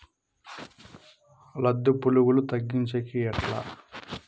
లద్దె పులుగులు తగ్గించేకి ఎట్లా?